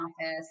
office